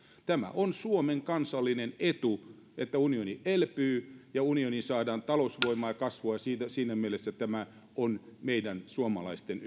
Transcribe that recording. tämä on suomen kansallinen etu että unioni elpyy ja unioniin saadaan talousvoimaa ja kasvua ja siinä mielessä tämä on meidän suomalaisten